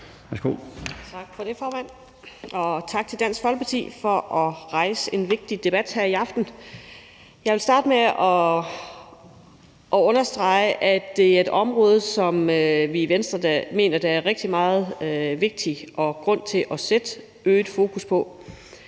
Tak for det, formand. og tak til Dansk Folkeparti for at rejse en vigtig debat her i aften. Jeg vil starte med at understrege, at det er et område, som vi i Venstre mener er meget vigtigt, og som der er god grund til at sætte øget fokus på,